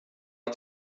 att